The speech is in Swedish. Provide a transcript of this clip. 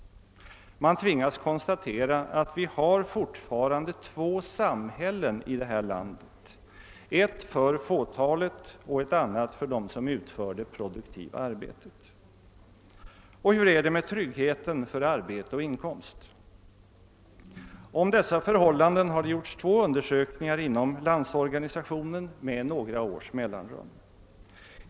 Man tvingas konstatera att vi fortfarande har två samhällen i detta land: ett för fåtalet och ett annat för dem som utför det produktiva arbetet. Hur är det med tryggheten för arbete och inkomst? Om dessa förhållanden har två undersökningar gjorts inom Landsorganisationen med några års mellanrum.